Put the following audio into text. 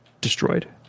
destroyed